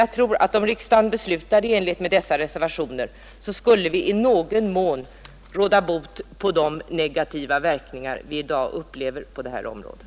Jag tror att riksdagsbeslut i enlighet med dessa reservationer i någon mån skulle råda bot på de negativa verkningar vi i dag upplever på skolområdet.